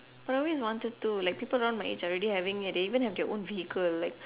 I always wanted to like people around my age are already having it they even have their own vehicle like